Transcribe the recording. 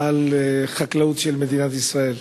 על החקלאות של מדינת ישראל.